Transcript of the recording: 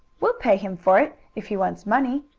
we'll pay him for it, if he wants money,